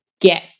get